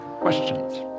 questions